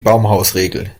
baumhausregel